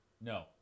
No